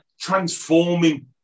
transforming